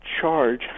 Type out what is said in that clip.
charge